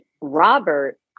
Robert